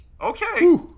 okay